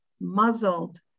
muzzled